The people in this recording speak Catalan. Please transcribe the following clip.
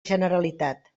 generalitat